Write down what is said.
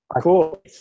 Cool